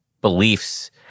beliefs